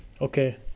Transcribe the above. okay